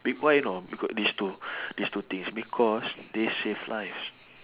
bec~ why or not we got these two these two things because they save lives